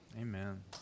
Amen